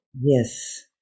Yes